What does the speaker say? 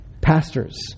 pastors